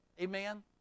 Amen